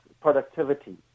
productivity